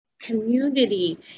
community